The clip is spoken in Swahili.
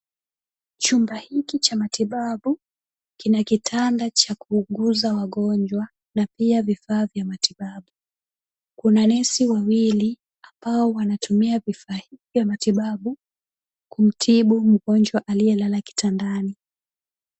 Chumba hiki cha matibabu, kina kitanda cha kuuguza wagonjwa na pia vifaa vya matibabu. Kuna nesi wawili ambao wanatumia vifaa hivi vya matibabu, kumtibu mgonjwa aliyelala kitandani.